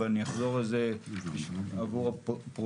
אבל אני אחזור על זה עבור הפרוטוקול